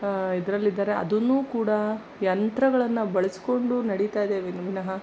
ಇದರಲ್ಲಿದ್ದರೆ ಅದನ್ನೂ ಕೂಡ ಯಂತ್ರಗಳನ್ನು ಬಳಸಿಕೊಂಡು ನಡೀತಾಯಿದೆ ವಿನ್ ವಿನಹ